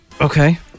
Okay